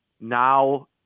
now